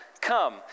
come